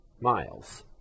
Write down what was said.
miles